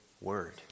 word